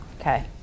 Okay